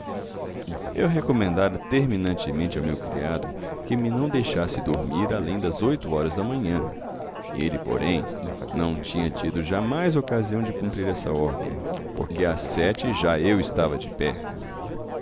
eu recomendara terminantemente ao meu criado que me não deixasse dormir além das oito horas da manhã ele porém não tinha tido jamais ocasião de cumprir essa ordem porque às sete já eu estava de pé